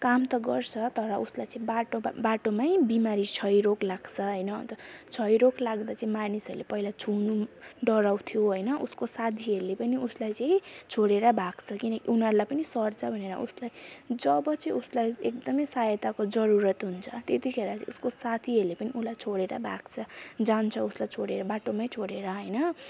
काम त गर्छ तर उसलाई चाहिँ बाटो बाटोमै बिमारी क्षयरोग लाग्छ होइन अन्त क्षयरोग लाग्दा चाहिँ मानिसहरूले पहिला छुनु डराउँथ्यो होइन उसको साथीहरूले पनि उसलाई चाहिँ छोडेर भाग्छ किनकि उनीहरूलाई पनि सर्छ भनेर उसलाई जब चाहिँ उसलाई एकदमै सहायताको जरूरत हुन्छ त्यतिखेर उसको साथीहरूले पनि उसलाई छोडेर भाग्छ जान्छ उसलाई छोडेर बाटोमै छोडेर होइन